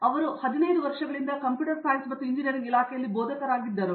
ಅವರು 15 ವರ್ಷಗಳಿಂದ computer science ಮತ್ತು ಇಂಜಿನಿಯರಿಂಗ್ ಇಲಾಖೆಯಲ್ಲಿ ಬೋಧಕರಾಗಿದ್ದರು